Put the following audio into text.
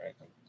right